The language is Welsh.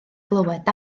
glywed